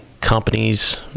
companies